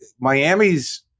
Miami's